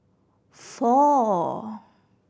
four